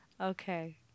Okay